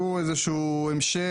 שהוא איזה שהוא המשך,